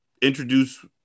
introduce